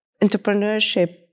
entrepreneurship